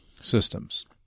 systems